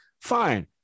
Fine